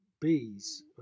bees